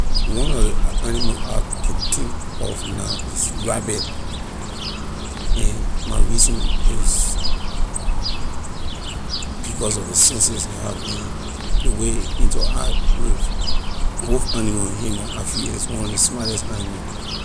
One of ley animal I can think of now is rabbit and my reason is because of ley senses a having ley way a interact with both animal and human I feel is one of ley smartest animal